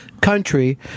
country